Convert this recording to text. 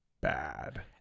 bad